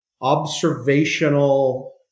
observational